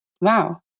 Wow